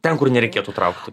ten kur nereikėtų traukti